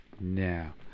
now